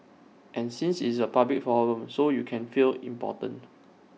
and since it's A public forum so you can feel important